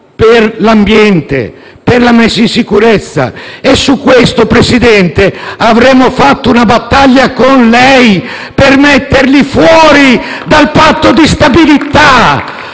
per l'ambiente, per la messa in sicurezza. Su questi temi, Presidente, avremmo fatto una battaglia con lei per metterli fuori dal Patto di stabilità